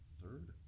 third